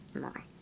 more